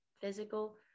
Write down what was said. physical